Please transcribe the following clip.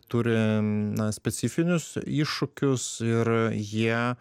turi na specifinius iššūkius ir jie